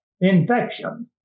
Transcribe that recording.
infection